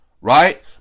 Right